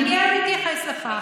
אני מייד אתייחס לכך.